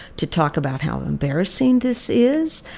to talk about how embarrassing this is,